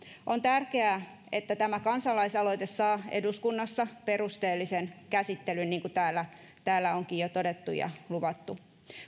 on tärkeää että tämä kansalaisaloite saa eduskunnassa perusteellisen käsittelyn niin kuin täällä täällä onkin jo todettu ja luvattu